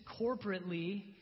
corporately